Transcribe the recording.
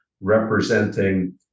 representing